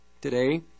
today